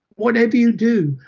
whatever you do,